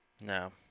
No